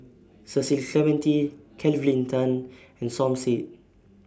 Cecil Clementi Kelvin Tan and Som Said